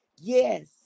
Yes